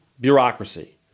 bureaucracy